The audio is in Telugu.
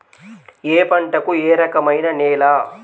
ఏ పంటకు ఏ రకమైన నేల?